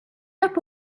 cap